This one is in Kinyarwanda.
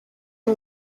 n’u